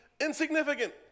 insignificant